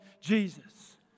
Jesus